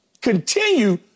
continue